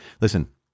listen